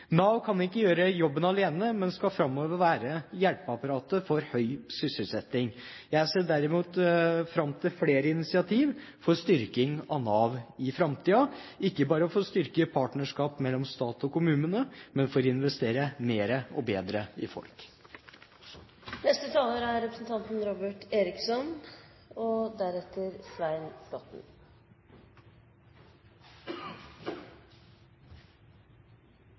Nav kan ikke gjøre jobben alene, men skal framover være hjelpeapparatet for høy sysselsetting. Jeg ser dermed fram til flere initiativ for styrking av Nav i framtiden – ikke bare for å styrke partnerskapet mellom stat og kommunene, men for å investere mer og bedre i folk. Jeg synes interpellanten reiser en viktig debatt. Samtidig er